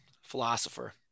philosopher